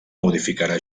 modificarà